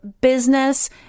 business